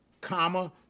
comma